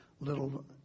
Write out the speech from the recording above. little